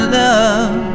love